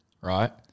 right